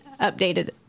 updated